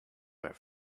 were